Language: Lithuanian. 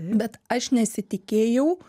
bet aš nesitikėjau